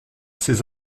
ces